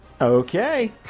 Okay